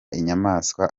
inyamaswa